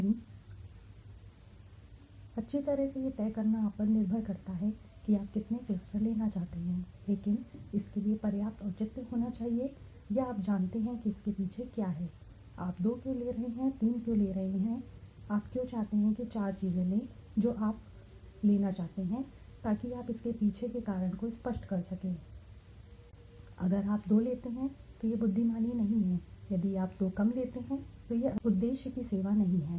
तीन अच्छी तरह से यह तय करना आप पर निर्भर करता है कि आप कितने क्लस्टर लेना चाहते हैं लेकिन इसके लिए पर्याप्त औचित्य होना चाहिए या आप जानते हैं कि इसके पीछे क्या है आप दो क्यों ले रहे हैं तीन क्यों ले रहे हैं आप क्यों चाहते हैं चार चीजें लें जो आप लेना चाहते हैं ताकि आप इसके पीछे के कारण को स्पष्ट कर सकें अगर आप दो लेते हैं तो यह बुद्धिमान नहीं है यदि आप दो कम लेते हैं तो यह उद्देश्य की सेवा नहीं है